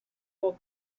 york